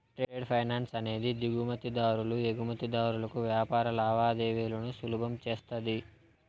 trade finance అనేది దిగుమతి దారులు ఎగుమతిదారులకు వ్యాపార లావాదేవీలను సులభం చేస్తది